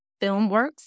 Filmworks